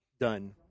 done